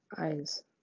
Eyes